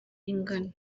ingana